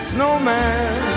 Snowman